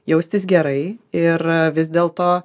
jaustis gerai ir vis dėl to